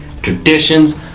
traditions